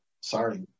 sorry